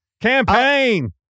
campaign